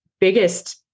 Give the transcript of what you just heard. biggest